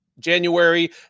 january